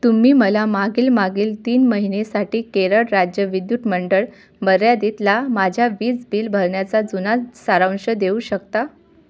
तुम्ही मला मागील मागील तीन महिन्यासाठी केरळ राज्य विद्युत मंडळ मर्यादेतला माझ्या वीज बिल भरण्याचा जुना सारांंश देऊ शकता